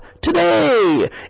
today